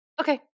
okay